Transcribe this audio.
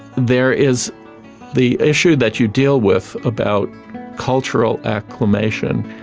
there is the issue that you deal with about cultural acclimation.